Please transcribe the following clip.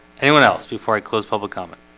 anyone else before i close public comment?